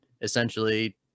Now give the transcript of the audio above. essentially